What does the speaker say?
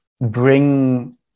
bring